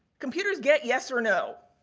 computers get yes or no.